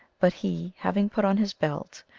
but he, having put on his belt,